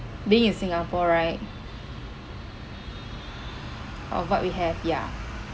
being in singapore right of what we have ya